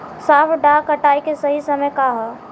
सॉफ्ट डॉ कटाई के सही समय का ह?